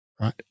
right